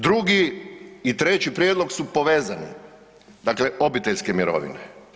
Drugi i treći prijedlog su povezani, dakle obiteljske mirovine.